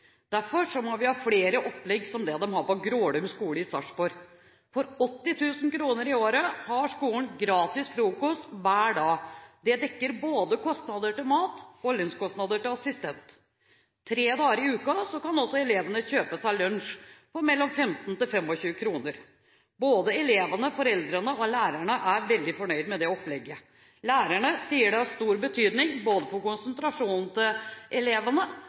Derfor må vi ha flere opplegg som det de har på Grålum skole i Sarpsborg. For 80 000 kr i året har skolen gratis frokost hver dag – det dekker både kostnader til mat og lønnskostnader til assistent. Tre dager i uken kan elevene kjøpe seg lunsj for mellom 15–25 kr. Både elevene, foreldrene og lærerne er veldig fornøyd med det opplegget. Lærerne sier det har stor betydning for konsentrasjonen til